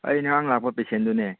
ꯑꯩ ꯉꯔꯥꯡ ꯂꯥꯛꯄ ꯄꯦꯁꯦꯟꯗꯨꯅꯦ